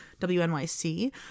WNYC